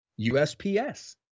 USPS